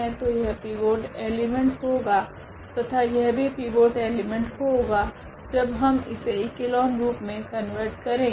तो यह pivot element होगा तथा यह भी पिवोट एलीमेंट होगा जब हम इसे इक्लोन रूप मे कन्वर्ट करेगे